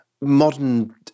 modern